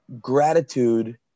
gratitude